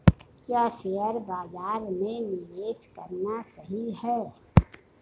क्या शेयर बाज़ार में निवेश करना सही है?